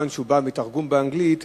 הוא בא כמובן מתרגום באנגלית,